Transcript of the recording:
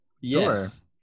Yes